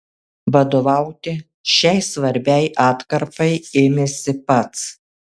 vadovauti šiai svarbiai atkarpai ėmėsi pats